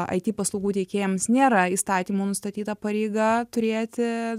it paslaugų teikėjams nėra įstatymu nustatyta pareiga turėti